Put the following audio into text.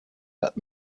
that